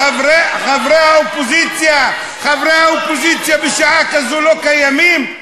חברי האופוזיציה בשעה כזו לא קיימים?